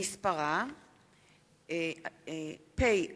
זכויות החולה (תיקון, טיפול מקל),